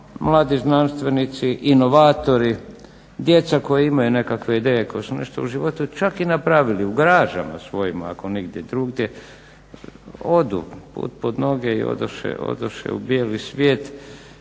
mladi znanstvenici, inovatori, djeca koja imaju nekakve ideje, koja su nešto u životu čak i napravili u garažama svojima ako nigdje drugdje odu put pod noge i odoše u bijeli svijet